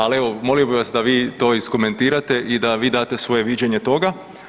Ali evo molio bih vas da vi to iskomentirate i da vi date svoje viđenje toga.